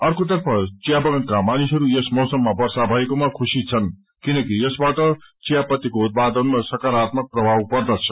आर्केतर्फ चियाबगानका मानिसहरू यस मौसममा वर्षा भएकोमा खुशी छन् किनकि यसबाट चियापत्तीको उत्पादनमा सकारात्मक प्रभाव पद्रछ